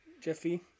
Jeffy